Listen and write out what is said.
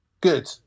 Good